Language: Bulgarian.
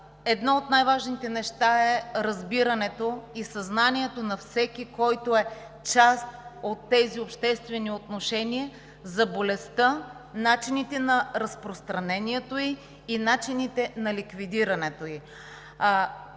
Едно от най-важните неща е разбирането и съзнанието на всеки, който е част от тези обществени отношения, за болестта, начините на разпространението ѝ и начините на ликвидирането